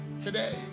today